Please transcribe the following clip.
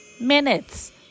minutes